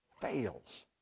fails